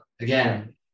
Again